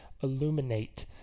illuminate